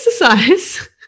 exercise